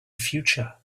future